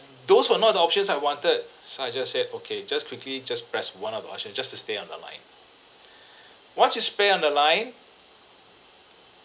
those were not the options I wanted so I just said said okay just quickly just press one of the option just to stay on the line once you stay on the line